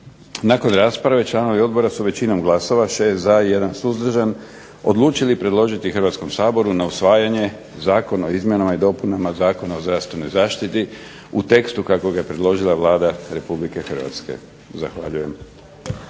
Nakon rasprave članovi odbora su većinom glasova, 6 za i 1 suzdržan, odlučili predložiti Hrvatskom saboru na usvajanje Zakon o izmjenama i dopunama Zakona o zdravstvenoj zaštiti u tekstu kako ga je predložila Vlada Republike Hrvatske. Zahvaljujem.